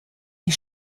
die